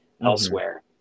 elsewhere